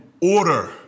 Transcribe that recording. order